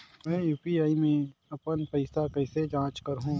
मैं यू.पी.आई मा अपन पइसा कइसे जांच करहु?